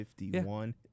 51